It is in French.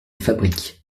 fabrique